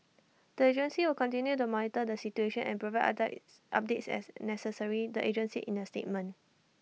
the agency will continue to monitor the situation and provide updates as necessary the agency in A statement